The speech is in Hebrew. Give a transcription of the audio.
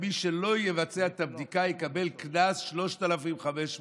ומי שלא יבצע את הבדיקה יקבל קנס של 3,500 שקל.